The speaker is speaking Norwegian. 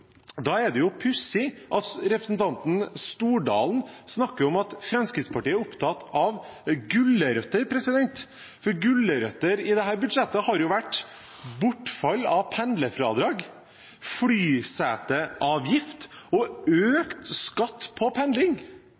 pussig at representanten Stordalen snakker om at Fremskrittspartiet er opptatt av gulrøtter, for gulrøtter i dette budsjettet har vært bortfall av pendlerfradrag, flyseteavgift og økt skatt på pendling.